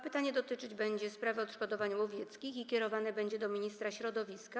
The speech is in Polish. Pytanie dotyczyć będzie sprawy odszkodowań łowieckich i kierowane będzie do ministra środowiska.